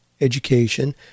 education